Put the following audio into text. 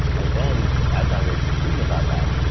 and then, as i was reading about that,